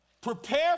prepare